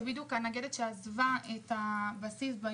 מיטה של נגדת שעזבה בדיוק באותו יום את הבסיס.